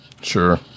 Sure